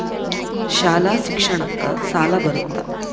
ಶಾಲಾ ಶಿಕ್ಷಣಕ್ಕ ಸಾಲ ಬರುತ್ತಾ?